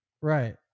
right